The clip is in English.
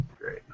great